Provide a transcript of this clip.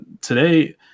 today